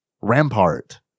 Rampart